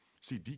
See